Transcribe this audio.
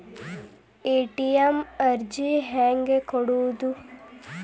ATM ಅರ್ಜಿ ಹೆಂಗೆ ಕೊಡುವುದು?